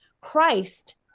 Christ